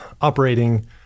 operating